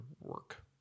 work